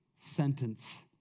sentence